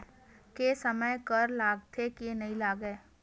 के समय कर लगथे के नइ लगय?